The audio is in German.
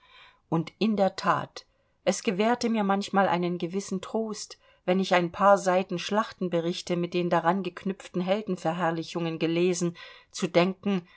und in der that es gewährte mir manchmal einen gewissen trost wenn ich ein paar seiten schlachtenberichte mit den daran geknüpften heldenverherrlichungen gelesen zu denken